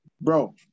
Bro